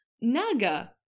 Naga